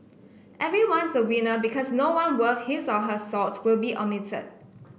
everyone's a winner because no one worth his or her salt will be omitted